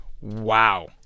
Wow